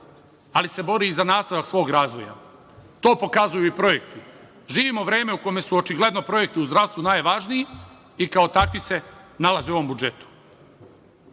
ali se bori i za nastavak svog razvoja. To pokazuju i projekti. Živimo u vreme kada su očigledno projekti u zdravstvu najvažniji i kao takvi se nalaze u ovom budžetu,